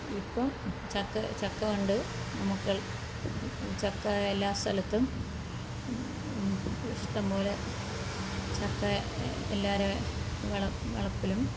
ഇപ്പം ചക്ക ചക്കകൊണ്ട് നമുക്ക് ചക്ക എല്ലാ സ്ഥലത്തും ഇഷ്ടംപോലെ ചക്ക എല്ലാവരുടെ വളപ്പിലും